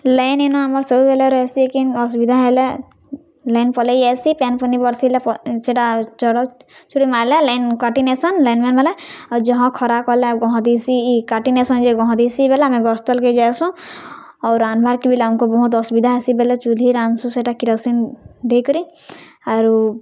line ଇନ ଆମର୍ ସବୁବେଳେ ରହେସି ଲେକିନ୍ ଅସୁବିଧା ହେଲେ ଲାଇନ୍ ପଲେଇଯାଏସି ପାଏନ୍ପୁନି ବର୍ଷିଲେ ସେଟା ଚଡ଼କ୍ଚୁଡ଼ି ମାର୍ଲେ ଲାଇନ୍ କାଟିନେସନ୍ ଲାଇନ୍ ମେନ୍ ମାନେ ଆଉ ଜହ ଖରା କଲେ ଗହଦିସି କାଟିନେସନ୍ ଯେ ଗହଦିସି ବେଲେ ଆମେ ଗଛ୍ ତଲ୍କେ ଯାଏସୁଁ ଆଉ ରାନ୍ଧ୍ବାର୍କେ ବି ଆମ୍କୁ ବହୁତ୍ ଅସୁବିଧା ହେସି ବେଲେ ଚୁଲ୍ହି ରାନ୍ଧ୍ସୁଁ ସେଟା କିରାସିନ୍ ଦେଇକରି ଆରୁ